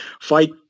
fight